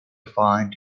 find